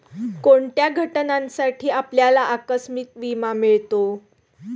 कोणत्या घटनांसाठी आपल्याला आकस्मिक विमा मिळतो?